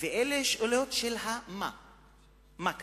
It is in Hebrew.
ואלה שאלות של מה קרה,